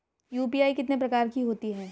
UPI कितने प्रकार की होती हैं?